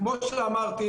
כמו שאמרתי